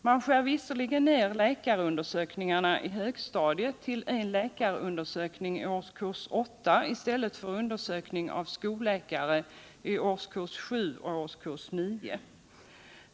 Man skär visserligen ner läkarundersökningarna i högstadiet till en läkarundersökning i årskurs 8 i stället för undersökning av skollikare i årskurs 7 och årskurs 8.